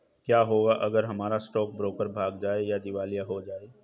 क्या होगा अगर हमारा स्टॉक ब्रोकर भाग जाए या दिवालिया हो जाये?